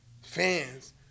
fans